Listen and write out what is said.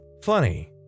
Funny